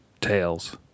tails